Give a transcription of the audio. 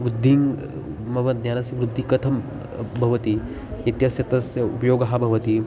उद्दिङ्ग् मम ज्ञानस्य वृद्धि कथं भवति इत्यस्य तस्य उपयोगः भवति